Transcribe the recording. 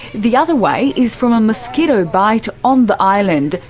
the other way is from a mosquito bite on the island,